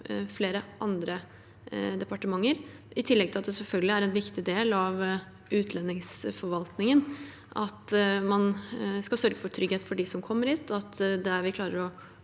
flere andre departementer. I tillegg er det selvfølgelig en viktig del av utlendingsforvaltningen at man skal sørge for trygghet for dem som kommer hit. Der vi klarer å